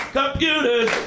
computers